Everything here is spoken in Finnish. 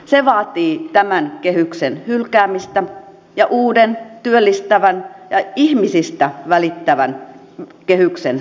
se vaatii tämän kehyksen hylkäämistä ja uuden työllistävän ja ihmisistä välittävän kehyksen laatimista